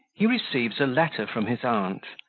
he receives a letter from his aunt,